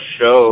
show